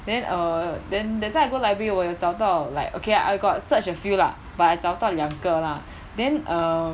then err then that time I go library 我有找到 like okay I got search a few lah but I 找到两个 lah then err